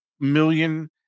million